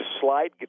slide